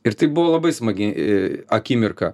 ir tai buvo labai smagi akimirka